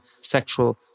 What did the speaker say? sexual